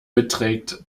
beträgt